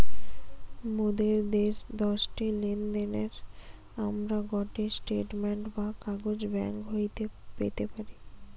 মোদের শেষ দশটি লেনদেনের আমরা গটে স্টেটমেন্ট বা কাগজ ব্যাঙ্ক হইতে পেতে পারি